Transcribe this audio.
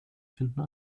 finden